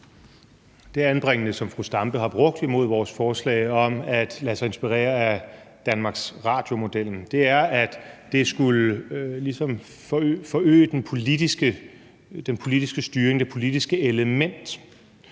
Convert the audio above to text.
Det anbringende, som fru Zenia Stampe har brugt imod vores forslag om at lade sig inspirere af Danmarks Radio-modellen, er, at det ligesom ville forøge den politiske styring, det politiske element.